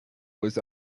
was